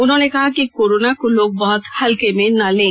उन्होंने कहा कि कोरोना को लोग बहत हल्के में न लें